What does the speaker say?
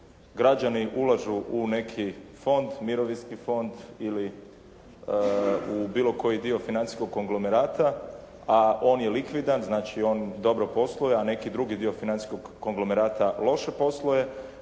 građani ulažu u neki fond, Mirovinski fond ili u bilo koji dio financijskog konglomerata, a on je likvidan, znači on dobro posluje, a neki drugi dio financijskog konglomerata loše posluje,